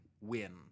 win